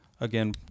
Again